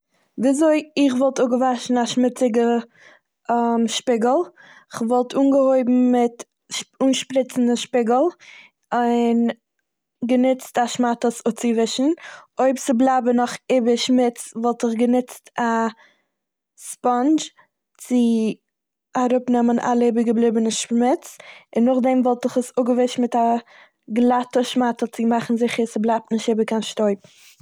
וויזוי איך וואלט אפגעוואשן א שמיציגע שפיגל. כ'וואלט אנגעהויבן מיט ש- אנשפריצן די שפיגל, א- און גענוצט א שמאטע עס אפציווישן. אויב ס'בלייבן נאך איבער שמוץ וואלט איך גענוצט א ספאנדזש צו אראפנעמען אלע איבערגעבליבענע שמוץ, און נאכדעם וואלט איך עס אפגעווישט מיט א גלאטע שמאטע צו מאכן זיכער אז ס'בלייבט נישט איבער קיין שטויב.